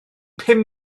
pum